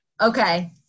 Okay